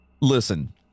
listen